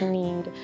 need